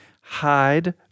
hide